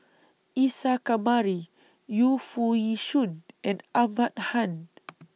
Isa Kamari Yu Foo Yee Shoon and Ahmad Khan